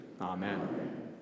Amen